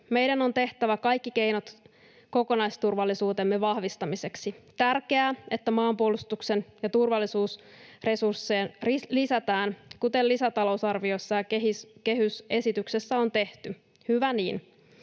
Meidän on tehtävä kaikki keinot kokonaisturvallisuutemme vahvistamiseksi. On tärkeää, että maanpuolustuksen ja turvallisuuden resursseja lisätään, kuten lisätalousarviossa ja kehys-esityksessä on tehty — hyvä niin.